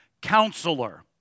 counselor